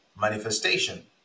manifestation